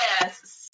Yes